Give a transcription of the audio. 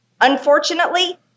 Unfortunately